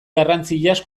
garrantziaz